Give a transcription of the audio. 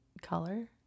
color